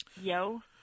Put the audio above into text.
Yo